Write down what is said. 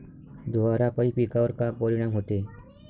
धुवारापाई पिकावर का परीनाम होते?